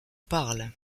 parle